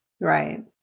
Right